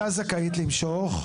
שהיא הייתה זכאית למשוך.